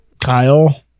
Kyle